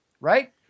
right